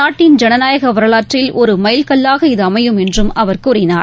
நாட்டின் ஜனநாயகவரவாற்றில் ஒருமைல் கல்வாக இது அமையும் என்றும் அவர் கூறினார்